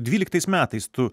dvyliktais metais tu